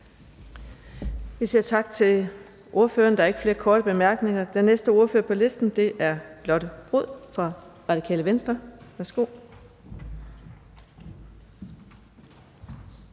tak til ordføreren. Der er ikke flere korte bemærkninger. Den næste ordfører på listen er Lotte Rod fra Radikale Venstre. Værsgo.